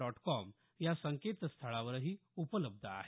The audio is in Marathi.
डॉट कॉम या संकेतस्थळावरही उपलब्ध आहे